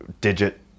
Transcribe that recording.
digit